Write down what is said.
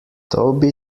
toby